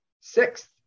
sixth